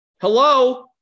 Hello